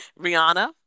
Rihanna